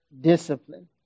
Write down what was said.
discipline